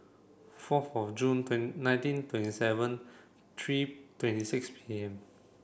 fourth Jun nineteen twenty seven three twenty six P M